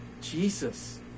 Jesus